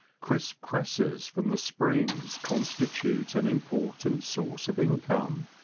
crisp cresses from the springs constitute an important source of income,